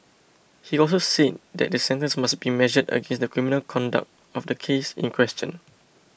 he also said that the sentence must be measured against the criminal conduct of the case in question